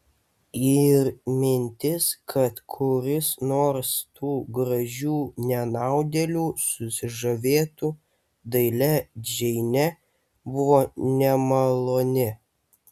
ir mintis kad kuris nors tų gražių nenaudėlių susižavėtų dailia džeine buvo nemaloni